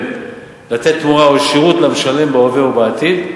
לתת תמורה או שירות למשלם בהווה ובעתיד,